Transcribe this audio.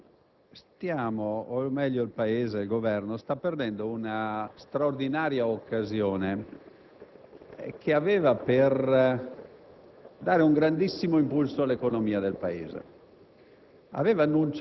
stiamo o meglio il Governo sta perdendo una straordinaria occasione che aveva per dare un grandissimo impulso all'economia del Paese.